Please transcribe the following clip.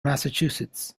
massachusetts